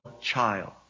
child